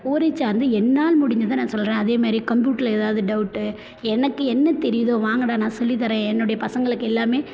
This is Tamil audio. ஊரைச் சார்ந்து என்னால் முடிஞ்சத நான் சொல்கிறேன் அதே மாதிரி கம்ப்யூட்டரில் ஏதாவது டௌவுட்டு எனக்கு என்ன தெரியுதோ வாங்கடா நான் சொல்லித் தரேன் என்னுடைய பசங்களுக்கு எல்லாமே